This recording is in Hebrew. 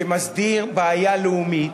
שמסדיר בעיה לאומית,